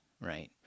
right